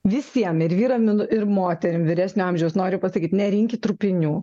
visiem ir vyram ir moterim vyresnio amžiaus noriu pasakyt nerinkit trupinių